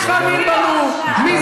נלחמים בנו, תודה, משפט סיום.